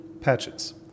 Patches